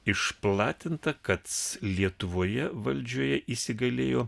išplatinta kad lietuvoje valdžioje įsigalėjo